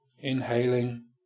inhaling